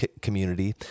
community